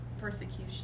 persecution